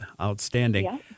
Outstanding